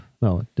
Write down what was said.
no